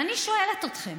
ואני שואלת אתכם: